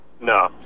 No